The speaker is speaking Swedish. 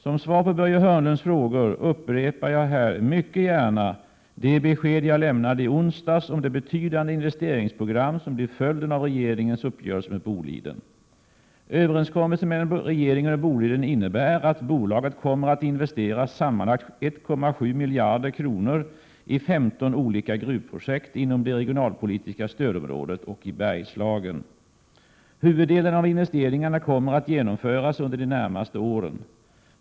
Som svar på Börje Hörnlunds frågor upprepar jag här mycket gärna de besked jag lämnade i onsdags om det betydande investeringsprogram som blir följden av regeringens uppgörelse med Boliden. Överenskommelsen mellan regeringen och Boliden innebär att bolaget kommer att investera sammanlagt 1,7 miljarder kronor i 15 olika gruvprojekt inom det regionalpolitiska stödområdet och i Bergslagen. Huvuddelen av investeringarna kommer att genomföras under de närmaste åren.